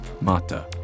mata